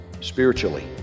spiritually